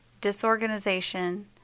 disorganization